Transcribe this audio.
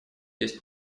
есть